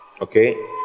Okay